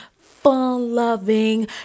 fun-loving